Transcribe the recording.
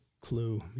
clue